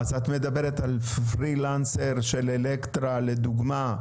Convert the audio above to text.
אז את מדברת על פרילנסר של אלקטרה לדוגמה,